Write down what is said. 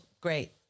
great